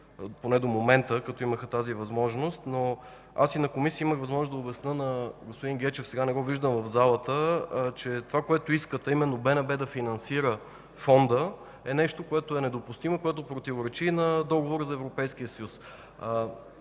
поне до момента, като имаха тази възможност, но аз и на Комисия имах възможност да обясня на господин Гечев, сега не го виждам в залата, че това, което искат, а именно БНБ да финансира Фонда, е нещо, което е недопустимо, което противоречи на Договора за Европейския съюз.